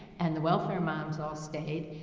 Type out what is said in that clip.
and the welfare moms all stayed.